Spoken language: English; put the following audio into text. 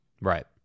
Right